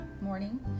morning